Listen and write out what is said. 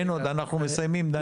אנחנו מסיימים דניאל.